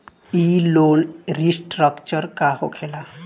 ई loan restructure का होखे ला?